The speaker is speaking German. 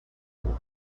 mit